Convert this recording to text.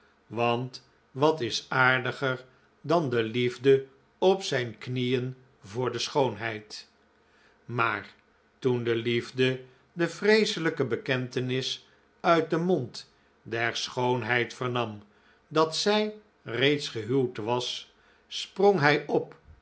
want wat is aardiger dan de liefde op zijn knieen voor de schoonheid p f maar toen de liefde de vreeselijke bekentenis uit den mond der schoono odoo heid vernam dat zij reeds gehuwd was sprong hij op